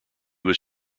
was